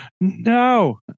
no